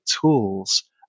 tools